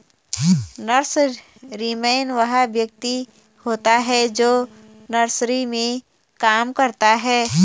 nurseryman वह व्यक्ति होता है जो नर्सरी में काम करता है